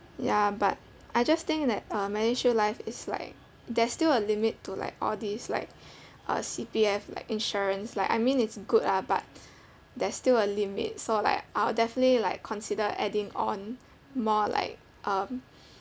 ya but I just think that uh medishield life is like there's still a limit to like all these like uh C_P_F like insurance like I mean it's good lah but there's still a limit so like I'll definitely like consider adding on more like um